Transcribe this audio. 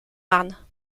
marne